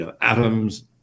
atoms